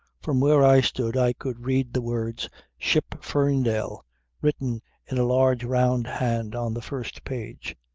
from where i stood i could read the words ship ferndale written in a large round hand on the first page.